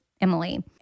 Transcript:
Emily